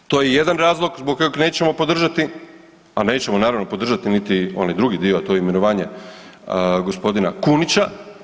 To je jedan razlog zbog kojega nećemo podržati, a nećemo naravno podržati niti onaj drugi dio, a to je imenovanje gospodina Kunića.